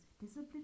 discipline